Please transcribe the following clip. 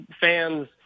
fans